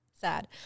sad